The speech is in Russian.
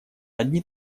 одни